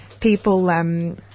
people